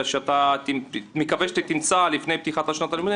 ואני מקווה שתמצא לפני פתיחת שנת הלימודים,